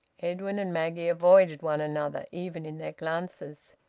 edwin and maggie avoided one another, even in their glances.